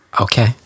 Okay